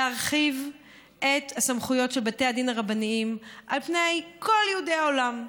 להרחיב את הסמכויות של בתי הדין הרבניים על פני כל יהודי העולם.